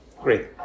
Great